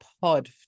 pod